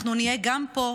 אנחנו נהיה גם פה,